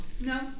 No